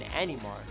anymore